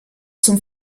zum